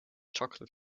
chocolate